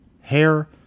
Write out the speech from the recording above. hair